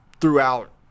throughout